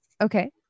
okay